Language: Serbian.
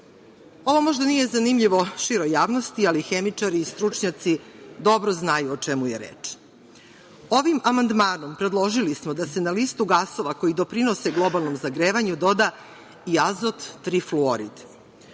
možda nije zanimljivo široj javnosti, ali hemičari i stručnjaci dobro znaju o čemu je reč. Ovim amandmanom predložili smo da se na listu gasova koji doprinose globalnom zagrevanju doda i azot trifluorid.